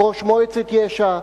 ראש מועצת יש"ע,